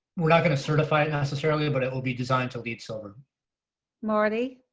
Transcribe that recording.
we're not going to certify it necessarily, but it will be designed to leed silver marty.